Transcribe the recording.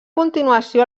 continuació